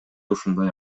ушундай